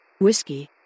Whiskey